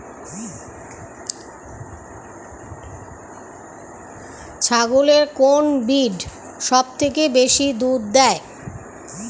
ছাগলের কোন ব্রিড সবথেকে বেশি দুধ দেয়?